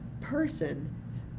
person